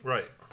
Right